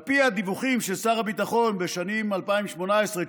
על פי הדיווחים של שר הביטחון בשנים 2018,